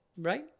right